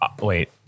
wait